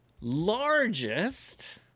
largest